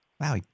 Wow